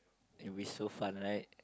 it will be so fun right